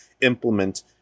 implement